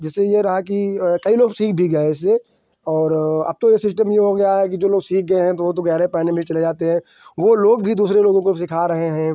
जैसे यह रहा कि कई लोग सीख भी गए इससे और अब तो यह सिस्टम यह हो गया है कि जो लोग सीख गए हैं तो वह तो गहरे पानी में भी चले जाते हैं वह लोग भी दूसरे लोगों को सिखा रहे हैं